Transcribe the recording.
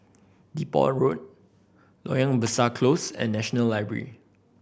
Depot Road Loyang Besar Close and National Library